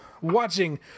Watching